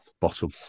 Bottom